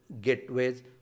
gateways